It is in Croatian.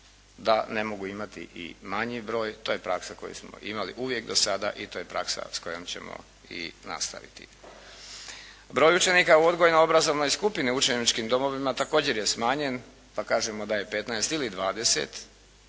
ne mogu imati i manji broj. To je praksa koju smo imali uvijek do sada i to je praksa s kojom ćemo i nastaviti. Broj učenika u odgojno obrazovnoj skupini u učeničkim domovima također je smanjen, pa kažemo da je 15 ili 20,